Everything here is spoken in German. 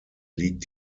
liegt